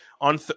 on